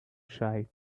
shy